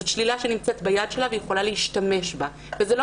זאת שלילה שנמצאת ביד שלה והיא יכולה להשתמש בה וזה לא